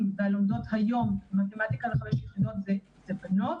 והלומדות היום מתמטיקה לחמש יחידות זה בנות.